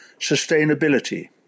sustainability